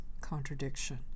contradiction